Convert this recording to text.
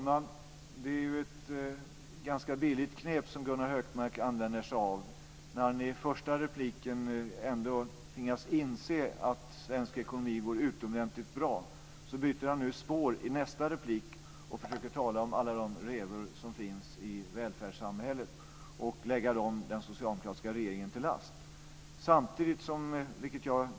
Herr talman! Gunnar Hökmark använder sig av ett ganska billigt knep. I den första repliken tvingades han inse att det går utomordentligt bra för svensk ekonomi. Sedan bytte han spår i nästa replik och försökte tala om alla de revor som finns i välfärdssamhället och lägga den socialdemokratiska regeringen dem till last.